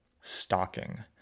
stalking